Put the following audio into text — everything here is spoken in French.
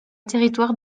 territoire